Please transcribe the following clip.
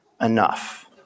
enough